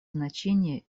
значение